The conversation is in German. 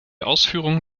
ausführungen